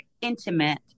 intimate